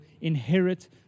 inherit